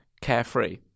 carefree